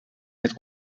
met